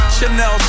Chanel